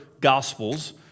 Gospels